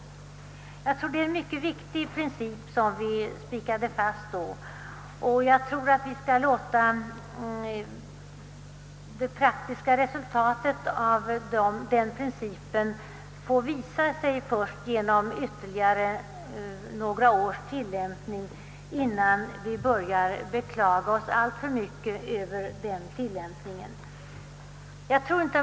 Detta är enligt min mening en mycket viktig princip, och det praktiska resultatet av den bör få visa sig genom ytterligare några års tillämpning innan vi börjar överväga andra åtgärder.